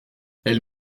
elle